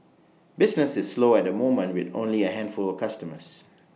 business is slow at the moment with only A handful of customers